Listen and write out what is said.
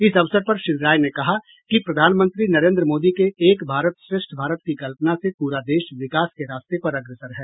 इस अवसर पर श्री राय ने कहा कि प्रधानमंत्री नरेन्द्र मोदी के एक भारत श्रेष्ठ भारत की कल्पना से पूरा देश विकास के रास्ते पर अग्रसर है